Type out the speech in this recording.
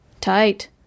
Tight